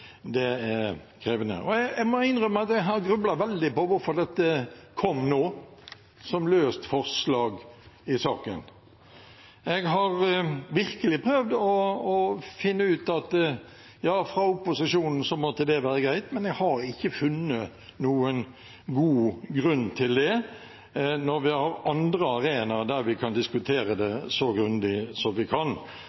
er krevende. Jeg må innrømme at jeg har grublet veldig på hvorfor dette kom nå, som løst forslag i saken. Jeg har virkelig prøvd å finne grunnlag for at dette måtte være greit fra opposisjonens side, men jeg har ikke funnet noen god grunn til det når vi har andre arenaer der vi kan diskutere det